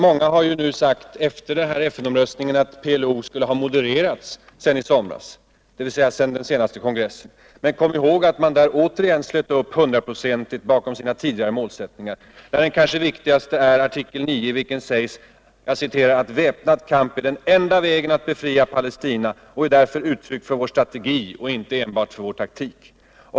Många har så sagt, efter den aktuella FN-omröstningen, att PLO skulle ha modererats sedan i somras, dvs. sedan den senaste kongressen. Men kom ihåg att man där återigen slöt upp hundraprocentigt bakom sina tidigare målsättningar, där den kanske viktigaste är artikel 9, i vilken det skrivs ”att väpnad kamp är den enda vägen att befria Palestina och är därför uttryck för vår strategi och inte enbart vår taktik”.